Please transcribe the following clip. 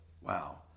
Wow